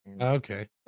Okay